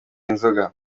inzoga